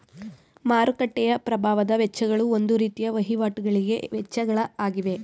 ಮಾರುಕಟ್ಟೆಯ ಪ್ರಭಾವದ ವೆಚ್ಚಗಳು ಒಂದು ರೀತಿಯ ವಹಿವಾಟಿಗಳಿಗೆ ವೆಚ್ಚಗಳ ಆಗಿವೆ